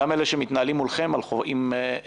גם אלה שמתנהלים מולכם עם חובות.